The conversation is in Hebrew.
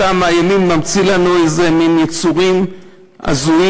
אתה מהימין ממציא לנו איזה מין יצורים הזויים,